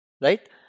right